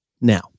now